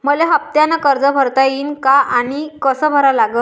मले हफ्त्यानं कर्ज भरता येईन का आनी कस भरा लागन?